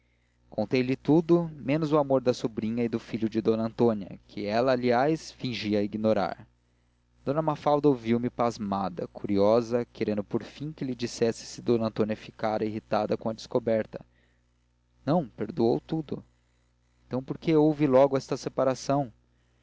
fim contei-lhe tudo menos o amor da sobrinha e do filho de d antônia que ela antes fingia ignorar d mafalda ouviu-me pasmada curiosa querendo por fim que lhe dissesse se d antônia ficara irritada com a descoberta não perdoou tudo então por que houve logo esta separação